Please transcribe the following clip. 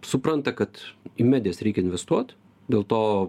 supranta kad į medijas reikia investuot dėl to